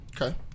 Okay